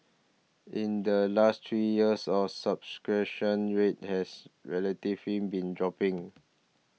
in the last three years of subscription rate has relatively been dropping